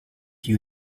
you